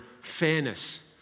fairness